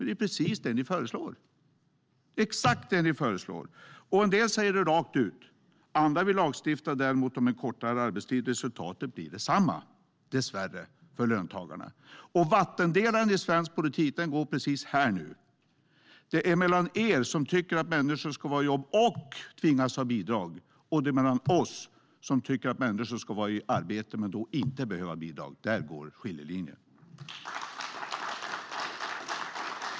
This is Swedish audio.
Det är precis det som ni föreslår. En del säger det rakt ut, andra vill lagstifta om en kortare arbetstid, men resultatet blir dessvärre detsamma för löntagarna. Vattendelaren i svensk politik går precis här. Det är mellan er som tycker att människor ska ha jobb och tvingas ha bidrag och det är mellan oss som tycker att människor ska vara i arbete och inte behöva bidrag. Där går skiljelinjen.